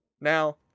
Now